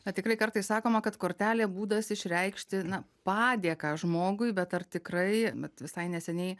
bet tikrai kartais sakoma kad kortelė būdas išreikšti na padėką žmogui bet ar tikrai vat visai neseniai